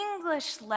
English